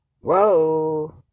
Whoa